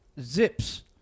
Zips